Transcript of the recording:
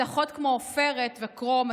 מתכות כמו עופרת וכרום,